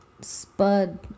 Spud